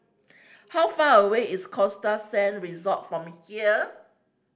how far away is Costa Sands Resort from here